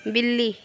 बिल्ली